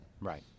Right